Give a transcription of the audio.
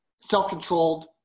self-controlled